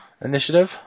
initiative